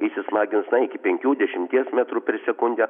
įsismagins iki penkių dešimties metrų per sekundę